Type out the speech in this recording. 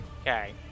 Okay